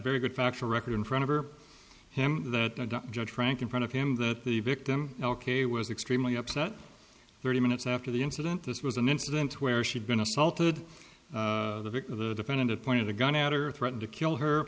very good factual record in front of him that judge frank in front of him that the victim ok was extremely upset thirty minutes after the incident this was an incident where she'd been assaulted the victim the defendant had pointed the gun at or threatened to kill her